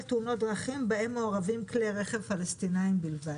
תאונות דרכים בהן מעורבים כלי רכב פלסטינאים בלבד".